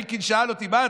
אלקין שאל אותי: מה,